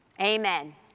Amen